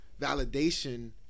validation